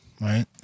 right